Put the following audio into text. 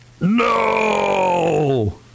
no